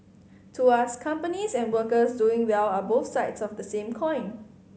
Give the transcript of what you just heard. to us companies and workers doing well are both sides of the same coin